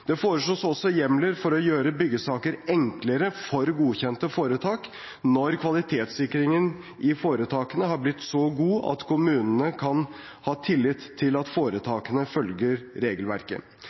Det foreslås også hjemler for å gjøre byggesaker enklere for godkjente foretak når kvalitetssikringen i foretakene har blitt så god at kommunene kan ha tillit til at foretakene følger regelverket.